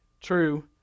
true